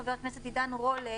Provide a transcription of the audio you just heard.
חבר הכנסת עידן רול,